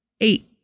Eight